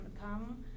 come